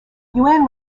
yuan